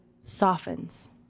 softens